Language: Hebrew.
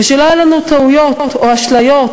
ושלא יהיה לנו טעויות או אשליות,